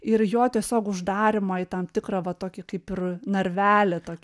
ir jo tiesiog uždarymą į tam tikrą va tokį kaip ir narvelį tokį